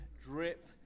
drip